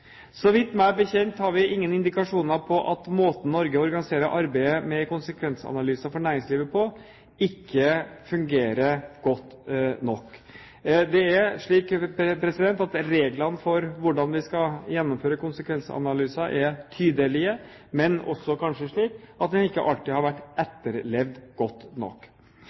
Så vidt jeg vet, har vi ingen indikasjoner på at måten Norge organiserer arbeidet med konsekvensanalyser for næringslivet på, ikke fungerer godt nok. Det er slik at reglene for hvordan vi skal gjennomføre konsekvensanalyser, er tydelige, men det er kanskje også slik at de ikke alltid har blitt godt nok